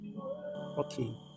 Okay